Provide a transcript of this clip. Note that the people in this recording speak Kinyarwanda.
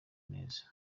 neza